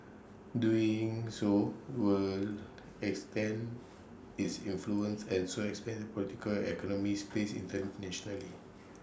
doing so would extend its influence and so expand political economic space internationally